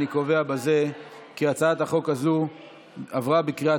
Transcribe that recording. אני קובע בזה כי הצעת החוק הזו עברה בקריאה